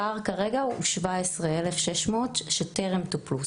הפער כרגע הוא 17,600 שטרם טופלו,